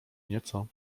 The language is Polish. nieco